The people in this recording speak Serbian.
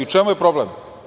U čemu je problem?